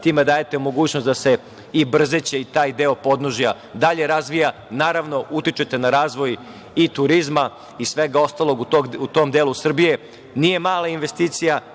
time dajete mogućnost da se i Brzeće i taj deo podnožja dalje razvija. Naravno, utičete na razvoj i turizma i svega ostalog u tom delu Srbije. Nije mala investicija